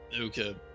Okay